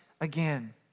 again